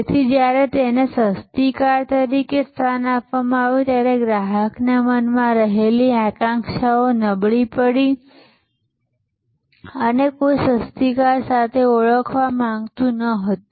તેથી જ્યારે તેને સસ્તી કાર તરીકે સ્થાન આપવામાં આવ્યું ત્યારે તેણે ગ્રાહકના મનમાં રહેલી આકાંક્ષાને નબળી પાડી અને કોઈ સસ્તી કાર સાથે ઓળખાવા માંગતું ન હતું